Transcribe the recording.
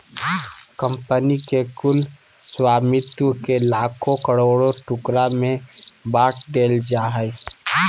company के कुल स्वामित्व के लाखों करोड़ों टुकड़ा में बाँट देल जाय हइ